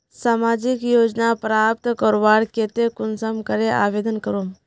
सामाजिक योजना प्राप्त करवार केते कुंसम करे आवेदन करूम?